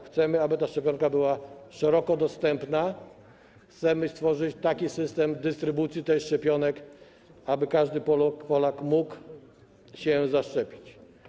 Chcemy, aby ta szczepionka była szeroko dostępna, chcemy stworzyć taki system dystrybucji tych szczepionek, aby każdy Polak mógł się zaszczepić.